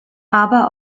aber